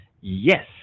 Yes